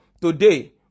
today